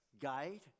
guide